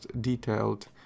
detailed